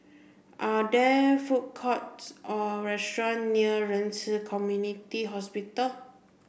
are there food courts or restaurant near Ren Ci Community Hospital